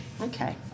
okay